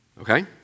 Okay